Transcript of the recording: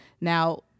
Now